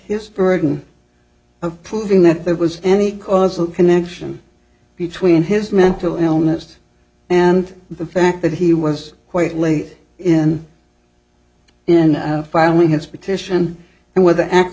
his burden of proving that there was any causal connection between his mental illness and the fact that he was quite late in in filing his petition and with